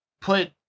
put